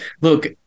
look –